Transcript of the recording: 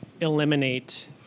eliminate